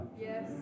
Yes